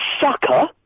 sucker